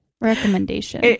recommendation